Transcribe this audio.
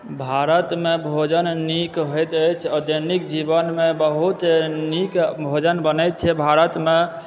भारतमे भोजन नीक होइत अछि आ दैनिक जीवन मे बहुत नीक नीक भोजन बनै छै भारत मे